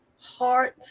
heart